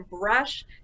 brush